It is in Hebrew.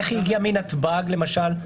איך היא הגיעה מנתב"ג למשל?